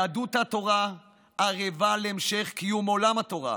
יהדות התורה ערבה להמשך קיום עולם התורה.